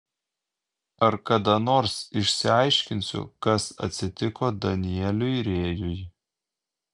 ar kada nors išsiaiškinsiu kas atsitiko danieliui rėjui